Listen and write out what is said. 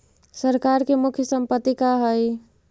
सरकार के मुख्य संपत्ति का हइ?